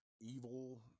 evil